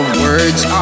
words